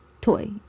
toy